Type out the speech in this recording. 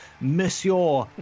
Monsieur